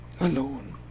alone